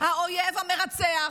האויב המרצח,